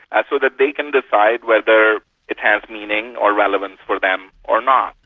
and so that they can decide whether it has meaning or relevance for them or not.